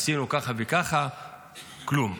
עשינו כך וכך, כלום.